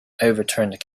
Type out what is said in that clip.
overturned